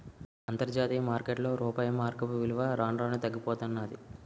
అంతర్జాతీయ మార్కెట్లో రూపాయి మారకపు విలువ రాను రానూ తగ్గిపోతన్నాది